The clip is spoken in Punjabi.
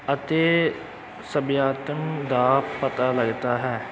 ਅਤੇ ਸੱਭਿਅਤਾ ਦਾ ਪਤਾ ਲੱਗਦਾ ਹੈ